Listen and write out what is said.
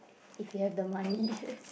if you have the money